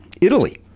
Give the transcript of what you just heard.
Italy